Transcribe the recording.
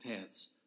paths